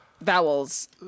vowels